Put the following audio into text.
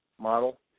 model